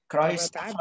Christ